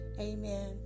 Amen